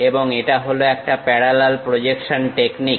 এবং এটা হল একটা প্যারালাল প্রজেকশন টেকনিক